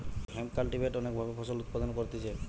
hemp cultivate অনেক ভাবে ফসল উৎপাদন করতিছে